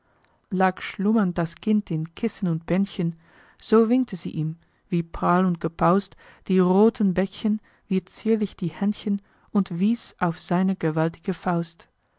lag schlummernd das kind in kissen und bändchen so winkte sie ihm wie prall und gepaust die rothen bäckchen wie zierlich die händchen und wies auf seine gewaltige faust